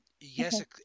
Yes